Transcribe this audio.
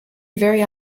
very